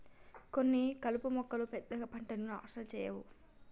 కొన్ని కలుపు మొక్కలు పెద్దగా పంటను నాశనం చేయవు